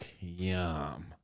yum